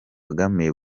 kagame